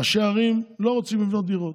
ראשי ערים לא רוצים לבנות דירות,